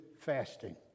fasting